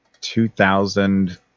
2000